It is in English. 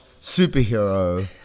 superhero